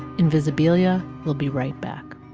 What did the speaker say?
invisibilia will be right back